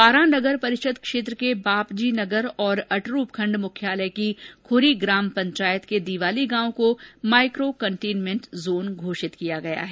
बारां नगर परिषद क्षेत्र के बापजीनगर और अटरू उपखंड मुख्यालय की खुरी ग्राम पंचायत के दीवाली गांव को माईको कंटेनमेन्ट जोन घोषित किया गया है